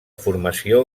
formació